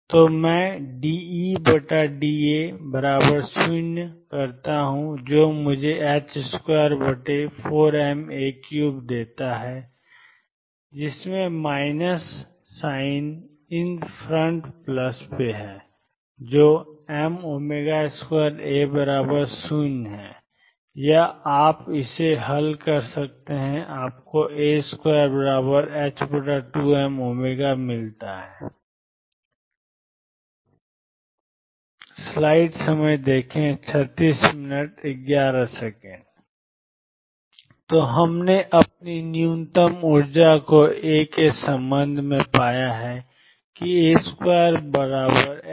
तो मैं dEda0 करता हूं जो मुझे 24ma3 देता है जिसमें minus sign in front plus m2a0 है या आप इसे हल करते हैं आपको a22mω मिलता है तो हमने अपनी न्यूनतम ऊर्जा को ए के संबंध में पाया है कि a22mω